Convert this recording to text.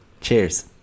cheers